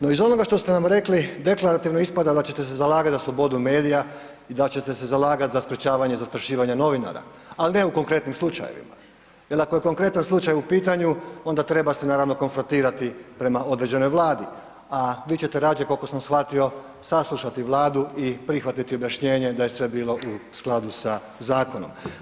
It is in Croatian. No iz onoga što ste nam rekli, deklarativno ispada da ćete se zalagati za slobodu medija i da ćete se zalagat za sprječavanje zastrašivanja novinara, ali ne u konkretnim slučajevima jer ako je konkretan slučaj u pitanju, onda treba se naravno konfrontirati prema određenoj Vladi, a vi ćete rađe, koliko sam shvatio, saslušati Vladu i prihvatiti objašnjenje da je sve bilo u skladu sa zakonom.